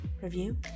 review